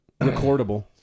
recordable